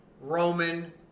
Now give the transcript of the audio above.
Roman